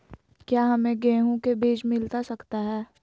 क्या हमे गेंहू के बीज मिलता सकता है?